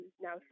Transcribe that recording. now